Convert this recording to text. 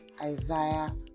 Isaiah